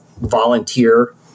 volunteer